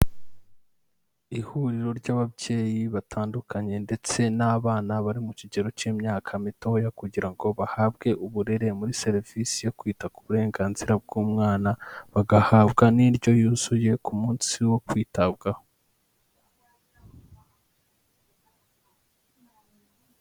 Ihuriro ry'ababyeyi batandukanye ndetse n'abana bari mu kigero cy'imyaka mitoya kugira ngo bahabwe uburere muri serivisi yo kwita ku burenganzira bw'umwana, bagahabwa n'indyo yuzuye ku munsi wo kwitabwaho.